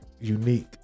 unique